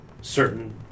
certain